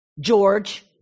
George